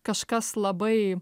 kažkas labai